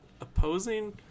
opposing